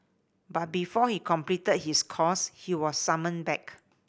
but before he completed his course he was summoned back